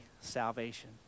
salvation